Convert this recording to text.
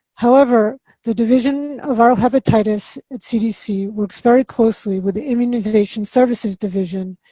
however, the division of viral hepatitis at cdc works very closely with immunization services division